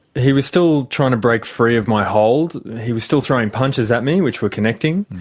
he was still trying to break free of my hold. he was still throwing punches at me, which were connecting.